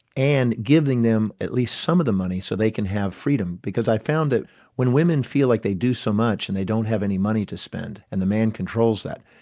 and giving them at least some of the money so they can have freedom, because i found that when women feel like they do so much and they don't have any money to spend, and the man controls that,